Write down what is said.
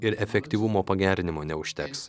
ir efektyvumo pagerinimo neužteks